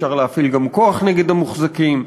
אפשר להפעיל גם כוח נגד המוחזקים,